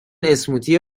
اسموتی